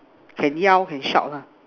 can yell can shout lah